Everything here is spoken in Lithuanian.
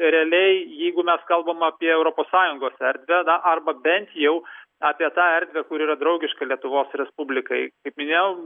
realiai jeigu mes kalbam apie europos sąjungos erdvę arba bent jau apie tą erdvę kur yra draugiška lietuvos respublikai kaip minėjau